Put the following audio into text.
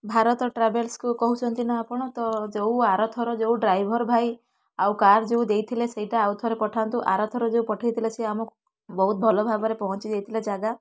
ଭାରତ ଟ୍ରାଭେଲ୍ସକୁ କହୁଛନ୍ତି ନା ଆପଣ ତ ଯେଉଁ ଆରଥର ଯେଉଁ ଡ୍ରାଇଭର ଭାଇ ଆଉ କାର ଯେଉଁ ଦେଇଥିଲେ ସେଇଟା ଆଉଥରେ ପଠାନ୍ତୁ ଆରଥର ଯେଉଁ ପଠେଇଥିଲେ ସେ ଆମକୁ ବହୁତ ଭଲ ଭାବରେ ପହଞ୍ଚି ଯାଇଥିଲେ ଜାଗା